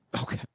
Okay